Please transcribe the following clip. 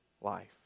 life